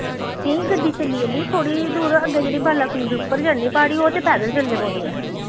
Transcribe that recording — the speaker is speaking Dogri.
नेईं गड्डी चली जंदी थोह्ड़ी दूर अग्गे जेह्ड़ी बाला सुंदरी उप्पर चढ़नी प्हाड़ी ओह् ते पैदल चलनी पौनी ऐ